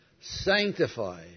Sanctify